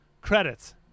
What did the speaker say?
credits